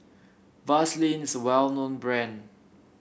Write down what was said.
Vaselin is a well known brand